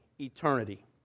eternity